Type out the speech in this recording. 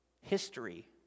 history